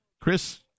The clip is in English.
Chris